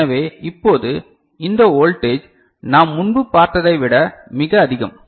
எனவே இப்போது இந்த வோல்டேஜ் நாம் முன்பு பார்த்ததை விட மிகப் அதிகம்